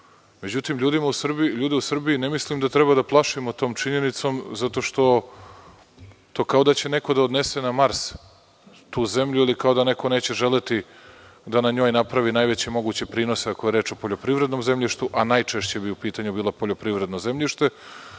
godinu.Međutim, ljude u Srbiji ne treba da plašimo činjenicom kao da će neko da odnese na Mars tu zemlju, ili kao da neko neće želeti da na njoj napravi najveće moguće prinose, ako je reč o poljoprivrednom zemljištu, a najčešće bi u pitanju bilo poljoprivredno zemljište.